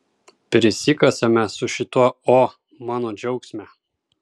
prisikasame su šituo o mano džiaugsme